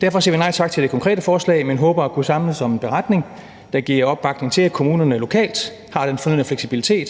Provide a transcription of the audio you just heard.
Derfor siger vi nej tak til det konkrete forslag, men håber at kunne samles om en beretning, der giver opbakning til, at kommunerne lokalt har den fornødne fleksibilitet